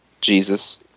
Jesus